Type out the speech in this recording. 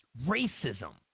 racism